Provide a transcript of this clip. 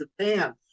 Japan